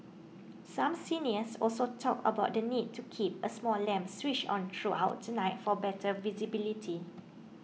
some seniors also talked about the need to keep a small lamp switched on throughout the night for better visibility